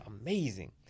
amazing